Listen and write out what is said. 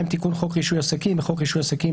סעיף 42 תיקון חוק רישוי עסקים "בחוק רישוי עסקים,